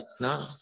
no